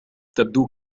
تبدو